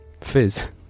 Fizz